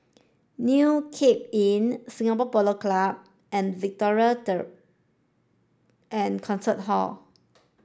new Cape Inn Singapore Polo Club and Victoria Theatre and Concert Hall